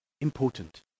important